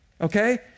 Okay